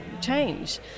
change